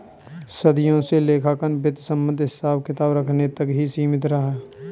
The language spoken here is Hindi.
सदियों से लेखांकन वित्त संबंधित हिसाब किताब रखने तक ही सीमित रहा